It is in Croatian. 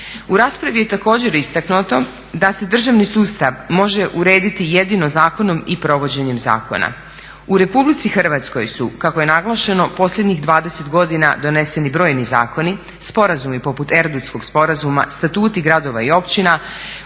U raspravi je također istaknuto da se državni sustav može urediti jedino zakonom i provođenjem zakona. U Republici Hrvatskoj su kako je naglašeno posljednjih 20 godina doneseni brojni zakoni, Sporazumi poput Erdutskog sporazuma, statuti gradova i općina